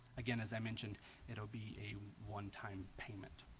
again as i mentioned it'll be a one-time payment